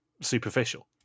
superficial